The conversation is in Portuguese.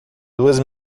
duas